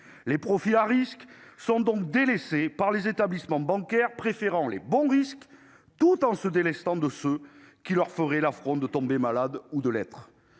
Les profils à risques sont donc délaissés par les établissements bancaires qui préfèrent choisir les « bons risques », tout en se délestant de ceux qui leur feraient l'affront de tomber malades ou de l'être